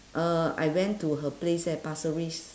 uh I went to her place at pasir ris